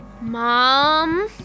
Mom